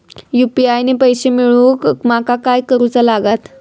UPI ने पैशे मिळवूक माका काय करूचा लागात?